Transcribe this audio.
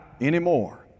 anymore